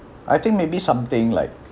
I think maybe something like